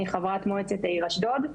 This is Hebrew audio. אני חברת מוצעת העיר אשדוד.